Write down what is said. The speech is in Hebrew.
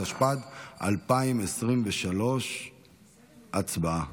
התשפ"ד 2023. הצבעה.